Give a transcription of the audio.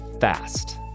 fast